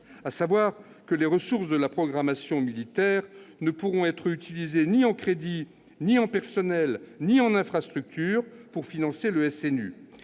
ou SNU : les ressources de la programmation militaire ne pourront être utilisées ni en crédits, ni en personnels, ni en infrastructures pour financer le SNU.